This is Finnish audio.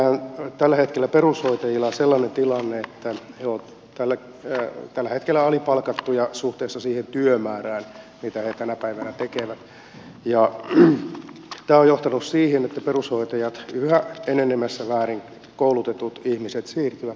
meillähän tällä hetkellä perushoitajilla on sellainen tilanne että he ovat tällä hetkellä alipalkattuja suhteessa siihen työmäärään mitä he tänä päivänä tekevät ja tämä on johtanut siihen että perushoitajat yhä enenevässä määrin koulutetut ihmiset siirtyvät pois alalta